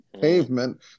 pavement